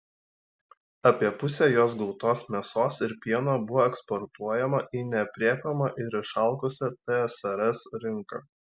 apie pusę jos gautos mėsos ir pieno buvo eksportuojama į neaprėpiamą ir išalkusią tsrs rinką